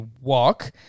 walk